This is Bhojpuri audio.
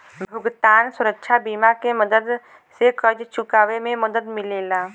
भुगतान सुरक्षा बीमा के मदद से कर्ज़ चुकावे में मदद मिलेला